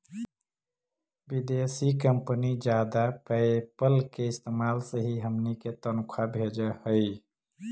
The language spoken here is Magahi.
विदेशी कंपनी जादा पयेपल के इस्तेमाल से ही हमनी के तनख्वा भेजऽ हइ